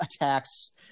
attacks